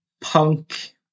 punk